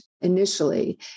initially